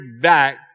back